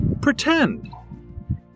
pretend